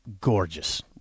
Gorgeous